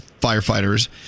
firefighters